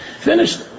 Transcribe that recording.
Finished